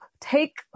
take